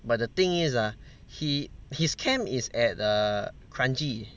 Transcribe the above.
but the thing is ah he his camp is at err kranji